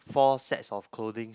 four sets of clothing